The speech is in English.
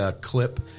clip